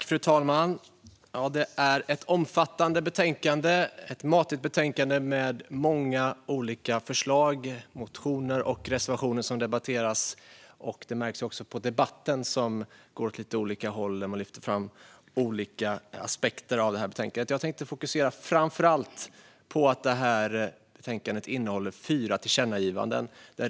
Fru talman! Det är ett omfattande och matigt betänkande med många olika förslag, motioner och reservationer som debatteras nu. Det märks också på debatten, som går åt lite olika håll och där man lyfter olika aspekter av betänkandet. Jag tänkte fokusera framför allt på att betänkandet innehåller förslag till fyra tillkännagivanden.